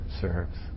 serves